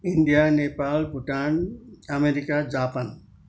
India Nepal Bhutan America Japan